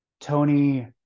tony